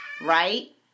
right